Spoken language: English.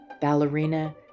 ballerina